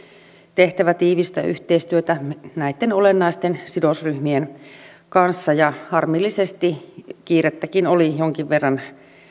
tehtävä tiivistä yhteistyötä näitten olennaisten sidosryhmien kanssa ja harmillisesti kiirettäkin oli jonkin verran